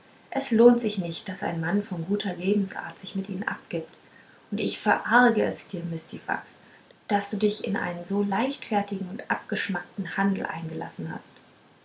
es lohnt sich nicht daß ein mann von guter lebensart sich mit ihnen abgibt und ich verarge es dir mistifax daß du dich in einen so leichtfertigen und abgeschmackten handel eingelassen hast